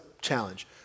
challenge